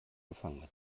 gefangene